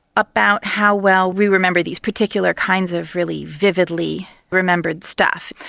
about how well we remember these particular kinds of really vividly remembered stuff.